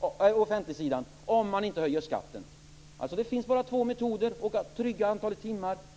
på offentligsidan, om man inte höjer skatten. Det finns bara två metoder att trygga antalet timmar.